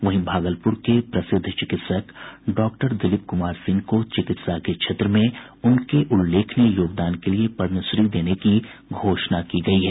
वहीं भागलप्र के प्रसिद्ध चिकित्सक डॉक्टर दिलीप कुमार सिंह को चिकित्सा के क्षेत्र में उनके उल्लेखनीय योगदान के लिये पदमश्री देने की घोषणा की गयी है